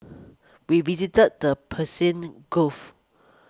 we visited the Persian Gulf